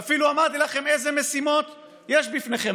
ואפילו אמרתי לכם איזה משימות יש בפניכם.